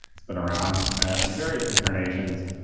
it's been around in various incarnations.